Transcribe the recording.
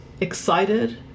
excited